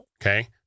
Okay